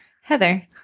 Heather